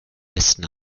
besten